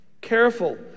Careful